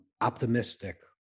optimistic